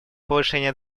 повышения